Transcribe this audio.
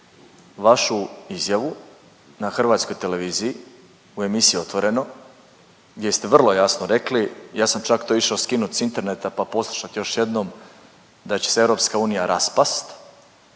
vašu izjavu na hrvatskoj televiziji u emisiji Otvoreno gdje ste vrlo jasno rekli, ja sam čak to išao skinuti s interneta pa poslušati još jednom, da će se EU raspasti,